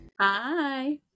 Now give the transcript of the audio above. Hi